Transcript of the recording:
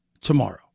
tomorrow